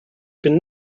bin